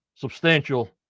Substantial